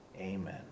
Amen